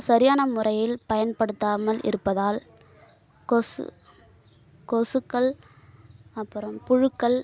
சரியான முறையில் பயன்படுத்தாமல் இருப்பதால் கொசு கொசுக்கள் அப்பறம் புழுக்கள்